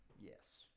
Yes